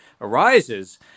arises